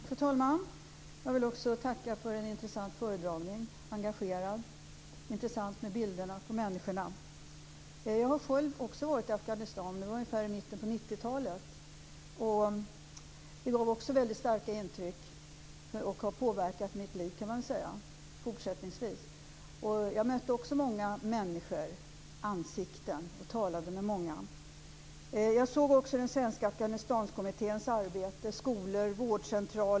Fru talman! Också jag vill tacka för en intressant föredragning med engagemang och intressanta bilder på människorna. Jag har också varit i Afghanistan, i mitten av 1990-talet. Det gav starka intryck och har, kan jag nog säga, fortsättningsvis påverkat mitt liv. Jag mötte också många människor, ansikten, och talade med många. Jag såg även Svenska Afghanistankommitténs arbete, skolor och vårdcentraler.